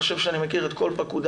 אני חושב שאני מכיר את כל פקודיי,